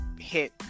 hit